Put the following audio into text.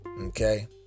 Okay